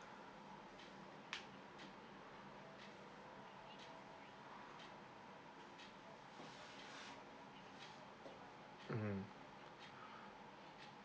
mmhmm